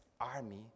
army